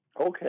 Okay